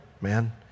man